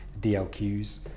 DLQs